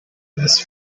best